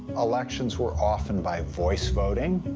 elections were often by voice voting.